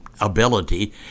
ability